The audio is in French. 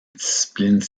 disciplines